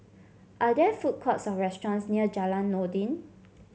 are there food courts or restaurants near Jalan Noordin